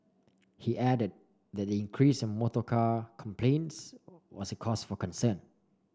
he added that the increase in motorcar complaints was a cause for concern